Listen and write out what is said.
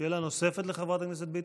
שאלה נוספת לחברת הכנסת ביטון.